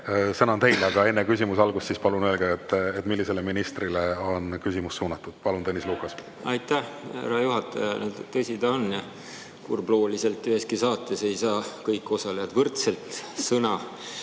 Sõna on teil, aga enne küsimuse algust palun öelge, millisele ministrile on küsimus suunatud. Palun, Tõnis Lukas! Aitäh, härra juhataja! Tõsi ta on jah, kurblooliselt ei saa üheski saates kõik osalejad võrdselt sõna.